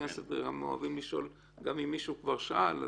כנסת אוהבים לשאול שוב גם אם מישהו כבר שאל.